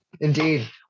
Indeed